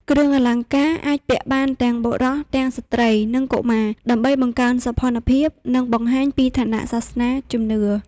គ្រឿងអលង្ការអាចពាក់បានទាំងបុរស ទាំងស្ត្រី និងកុមារ ដើម្បីបង្កើនសោភ័ណភាព និងបង្ហាញពីឋានៈ សាសនា ជំនឿ។